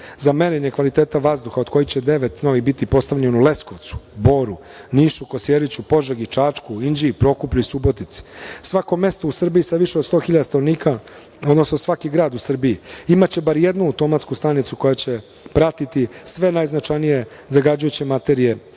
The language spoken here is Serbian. za merenje kvaliteta vazduha, od kojih će devet novih biti postavljene u Leskovcu, Boru, Nišu, Kosjeriću, Požegi, Čačku, Inđiji, Prokuplju i Subotici. Svako mesto u Srbiji sa više od sto hiljada stanovnika, odnosno svaki grad u Srbiji imaće bar jednu automatsku stanicu koja će pratiti sve najznačajnije zagađujuće materije